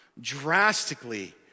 drastically